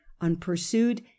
unpursued